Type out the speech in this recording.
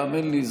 האמן לי,